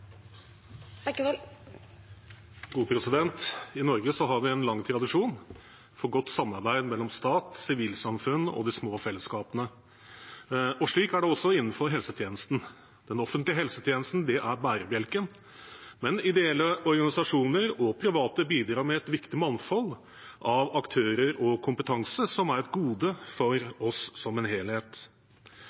I Norge har vi en lang tradisjon for godt samarbeid mellom stat, sivilsamfunn og de små felleskapene. Slik er det også innenfor helsetjenesten. Den offentlige helsetjenesten er bærebjelken, men ideelle organisasjoner og private bidrar med et viktig mangfold av aktører og kompetanse, som er et gode for oss som en helhet.